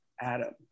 Adam